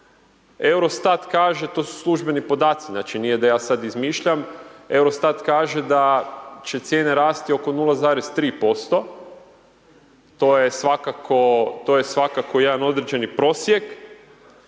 EUROSTAT kaže, to su službeni podaci, znači nije da ja sad izmišljam, EUROSTAT kaže da će cijene rasti oko 0,3%, to je svakako, to je svakako jedan određeni prosjek,